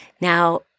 Now